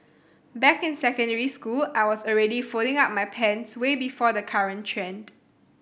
back in secondary school I was already folding up my pants way before the current trend